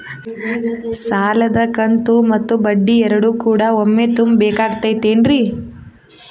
ಸಾಲದ ಕಂತು ಮತ್ತ ಬಡ್ಡಿ ಎರಡು ಕೂಡ ಒಮ್ಮೆ ತುಂಬ ಬೇಕಾಗ್ ತೈತೇನ್ರಿ?